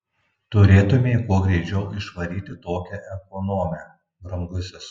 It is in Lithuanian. turėtumei kuo greičiau išvaryti tokią ekonomę brangusis